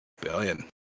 Billion